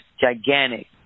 gigantic